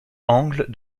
angle